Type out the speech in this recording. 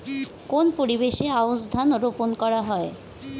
কোন পরিবেশে আউশ ধান রোপন করা হয়?